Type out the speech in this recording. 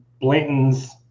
Blanton's